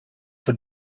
for